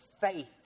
faith